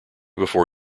before